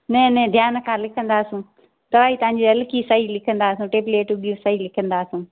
न न ध्यानु सां लिखंदा असां त ई तव्हां हलकी दवाई लिखंदा असां टेबलटूं बि सही लिखंदा असां